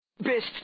Best